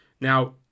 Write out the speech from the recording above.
Now